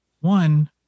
one